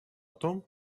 том